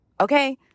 okay